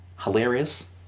hilarious